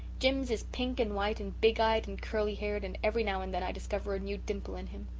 jims is pink and white and big-eyed and curly-haired and every now and then i discover a new dimple in him.